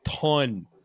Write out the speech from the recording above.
ton